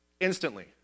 Instantly